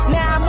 Now